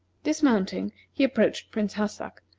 dismounting, he approached prince hassak,